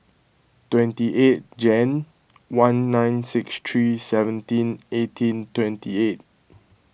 twenty eight Jan one nine six three seventeen eighteen twenty eight